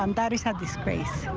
um that is have the space.